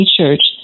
Church